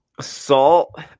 Salt